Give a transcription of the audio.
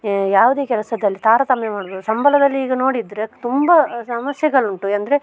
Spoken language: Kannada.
ಯಾವುದೇ ಕೆಲಸದಲ್ಲಿ ತಾರತಮ್ಯ ಮಾಡಬಾರ್ದು ಸಂಬಳದಲ್ಲಿ ಈಗ ನೋಡಿದರೆ ತುಂಬ ಸಮಸ್ಯೆಗಳುಂಟು ಅಂದರೆ